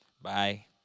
Bye